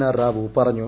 R Rao പറഞ്ഞു